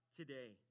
today